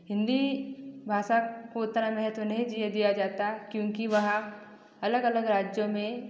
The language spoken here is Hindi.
हिन्दी भाषा को उतना महत्व नहीं दिया जाता क्योंकि वहाँ अलग अलग राज्यों में